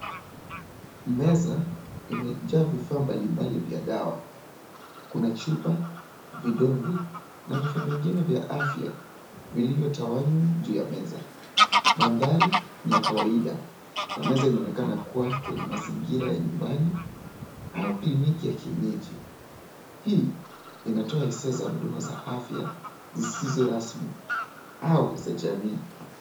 Meza imejaa vifaa mbalimbali ya dawa. Kuna chupa, vidonge, na vifa vingine vya afya vilivyotawanywa juu ya meza. Mandhari ni ya kawaida. Na meza inaonekana kuwa kwenye mazingira ya nyumbani au kliniki ya kienyeji. Hii inatoa hisia za huduma ya afya zisizo rasmi au za jamii.